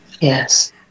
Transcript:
yes